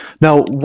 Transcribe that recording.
Now